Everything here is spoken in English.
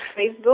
Facebook